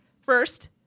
First